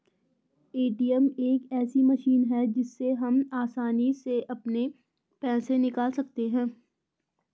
ATM एक ऐसी machine है जिससे हम आसानी से अपने पैसे निकाल सकते हैं